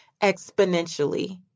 exponentially